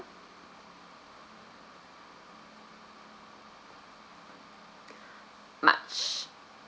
march